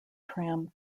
tram